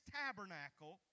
tabernacle